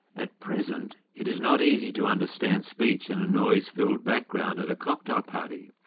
at present it is not easy to understand speech in a noise-filled background at a cocktail party,